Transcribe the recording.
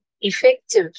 effective